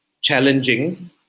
challenging